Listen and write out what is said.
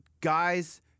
guys